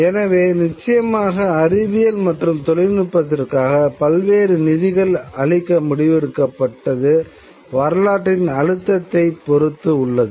எனவே நிச்சயமாக அறிவியல் மற்றும் தொழில்நுட்பத்திற்காக பல்வேறு நிதிகள் அளிக்க முடிவெடுப்பது வரலாற்றின் அழுத்தத்தைப் பொருத்து உள்ளது